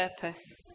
purpose